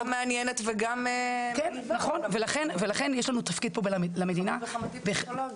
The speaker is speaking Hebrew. כשאני מדברת על מחסור בכוח אדם,